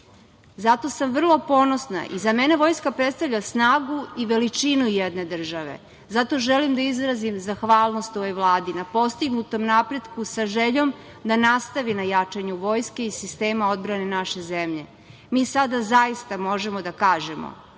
Zato sam vrlo ponosna i za mene vojska predstavlja snagu i veličinu jedne države. Zato želim da izrazim zahvalnost ovoj Vladi na postignutom napretku sa željom da nastavi na jačanju Vojske i sistema odbrane naše zemlje. Mi sada zaista možemo da kažem